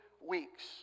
weeks